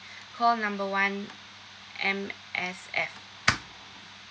call number one M_S_F